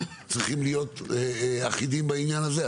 צריכים להיות אחידים בעניין הזה.